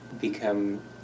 become